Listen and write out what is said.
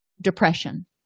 depression